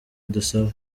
idusaba